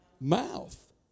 mouth